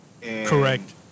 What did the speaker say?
Correct